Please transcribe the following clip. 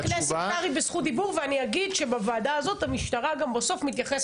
קרעי בזכות דיבור ואני אגיד שבוועדה הזאת המשטרה בסוף תתייחס